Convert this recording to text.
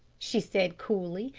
she said coolly,